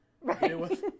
Right